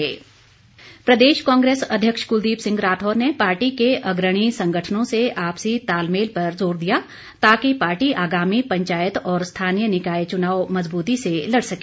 कांग्रेस प्रदेश कांग्रेस अध्यक्ष कुलदीप सिंह राठौर ने पार्टी के अग्रणी संगठनों से आपसी तालमेल में पर जोर दिया ताकि पार्टी आगामी पंचायत और स्थानीय निकाय चुनाव मजबूती से लड़ सके